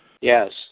Yes